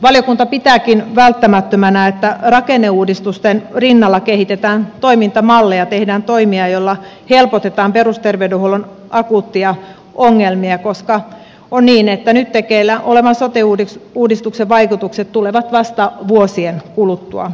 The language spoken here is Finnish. valiokunta pitääkin välttämättömänä että rakenneuudistusten rinnalla kehitetään toimintamalleja tehdään toimia joilla helpotetaan perusterveydenhuollon akuutteja ongelmia koska on niin että nyt tekeillä olevan sote uudistuksen vaikutukset tulevat vasta vuosien kuluttua